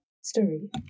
story